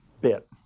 bit